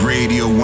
Radio